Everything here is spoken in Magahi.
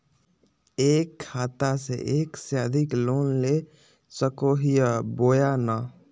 एक खाता से एक से अधिक लोन ले सको हियय बोया नय?